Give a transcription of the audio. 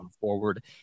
forward